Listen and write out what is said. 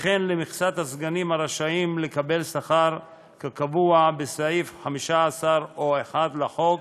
וכן למכסת הסגנים הרשאים לקבל שכר כקבוע בסעיף 15א1 לחוק,